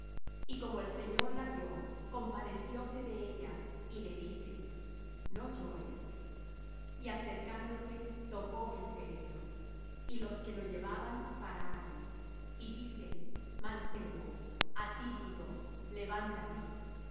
y como el señor la vió compadecióse de ella y le dice no llores y acercándose tocó el féretro y los que lo llevaban pararon y dice mancebo á ti digo levántate